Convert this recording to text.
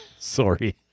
Sorry